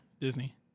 Disney